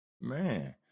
man